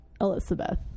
Elizabeth